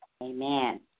Amen